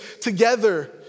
together